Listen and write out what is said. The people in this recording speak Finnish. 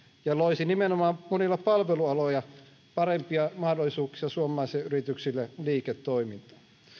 ja loisi nimenomaan monilla palvelualoilla parempia mahdollisuuksia suomalaisille yrityksille liiketoimintaan